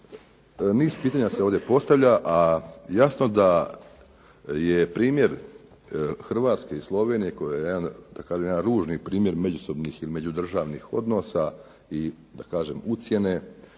niz pitanja se ovdje postavlja a jasno da je primjer Hrvatske i Slovenije koji je jedan da kažem ružni primjer međusobnih i međudržavnih odnosa, i da kažem